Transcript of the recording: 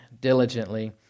diligently